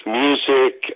music